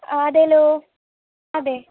ആ അതേല്ലോ അതെ